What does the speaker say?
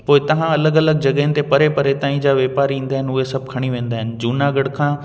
पोइ इतां खां अलॻि अलॻि जॻहियुनि ते परे परे ताईं जा वापारी ईंदा आहिनि उहे सभु खणी वेंदा आहिनि जूनागढ़ खां